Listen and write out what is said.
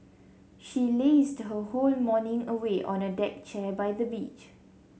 she lazed her whole morning away on a deck chair by the beach